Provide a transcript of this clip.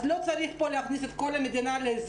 אז לא צריך להכניס פה את כל המדינה להסגר.